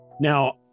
Now